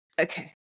Okay